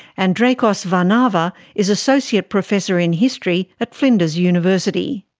andrekos varnava is associate professor in history at flinders university.